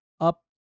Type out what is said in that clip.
up